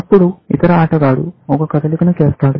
అప్పుడు ఇతర ఆటగాడు ఒక కదలికను చేస్తాడు